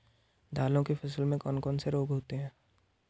दालों की फसल में कौन कौन से रोग होते हैं?